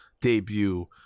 debut